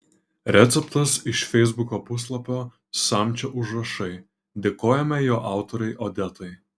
receptas iš feisbuko puslapio samčio užrašai dėkojame jo autorei odetai